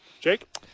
Jake